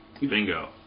Bingo